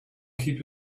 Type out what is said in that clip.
keep